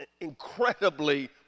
incredibly